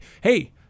hey